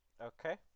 Okay